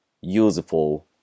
useful